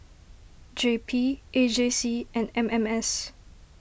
J P A J C and M M S